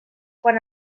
quan